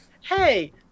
hey